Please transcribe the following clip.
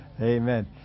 Amen